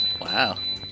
Wow